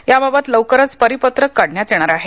याबाबत लवकरच परिपत्रक काढण्यात येणार आहे